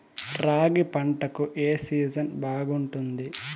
రాగి పంటకు, ఏ సీజన్ బాగుంటుంది?